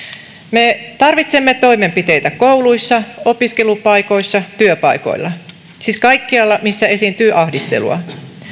me tarvitsemme toimenpiteitä kouluissa opiskelupaikoissa työpaikoilla siis kaikkialla missä esiintyy ahdistelua